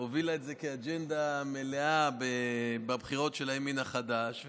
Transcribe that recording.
הובילה את זה כאג'נדה מלאה בבחירות של הימין החדש,